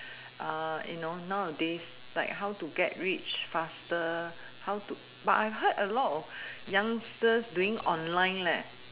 you know now a days like how to get rich faster how to but I heard a lot of youngsters doing online